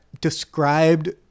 described